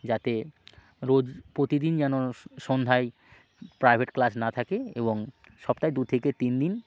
যাতে রোজ প্রতিদিন যেন সন্ধ্যায় প্রাইভেট ক্লাস না থাকে এবং সপ্তাহে দু থেকে তিন দিন